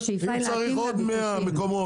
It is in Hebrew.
אם צריך לפתוח בעוד 100 מקומות,